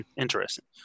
interesting